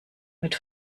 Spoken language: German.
mit